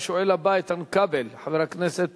השואל הבא, איתן כבל, חבר הכנסת